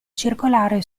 circolare